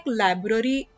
library